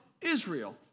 Israel